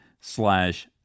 slash